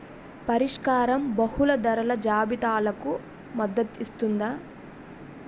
పరిష్కారం బహుళ ధరల జాబితాలకు మద్దతు ఇస్తుందా?